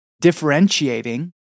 differentiating